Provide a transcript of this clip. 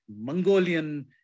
Mongolian